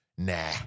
Nah